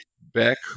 back